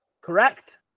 Correct